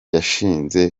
yashinze